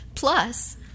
Plus